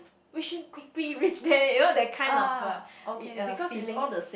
wishing quickly reach there you know that kind of uh uh feelings